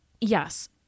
yes